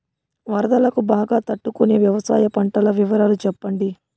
వరదలకు బాగా తట్టు కొనే వ్యవసాయ పంటల వివరాలు చెప్పండి?